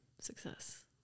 success